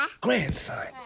Grandson